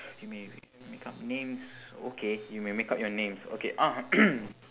you may make up names okay you may make up your names okay uh